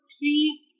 three